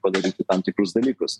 padaryti tam tikrus dalykus